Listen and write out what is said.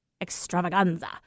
extravaganza